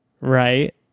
Right